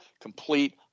complete